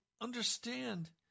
understand